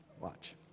Watch